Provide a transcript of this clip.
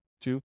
Two